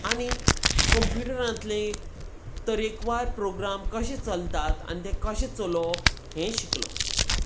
आनीक कंम्प्युटरांतले तरेकवार प्रोग्राम कशें चलतात आनी तें कशें चलोवप हें शिकलो